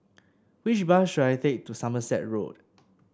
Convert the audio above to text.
which bus should I take to Somerset Road